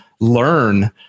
learn